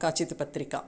काचित् पत्रिका